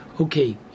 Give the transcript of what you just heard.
Okay